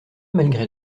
malgré